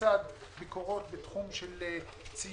לצד ביקורות בתחום של ציות,